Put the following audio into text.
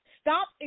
Stop